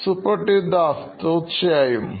Suprativ Das CTO Knoin Electronics തീർച്ചയായും